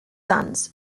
sons